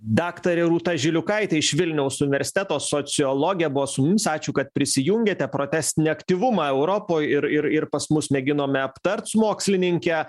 daktarė rūta žiliukaitė iš vilniaus universiteto sociologė buvo su mumis ačiū kad prisijungėte protestinį aktyvumą europoj ir ir ir pas mus mėginome aptart su mokslininke